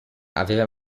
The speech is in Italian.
aveva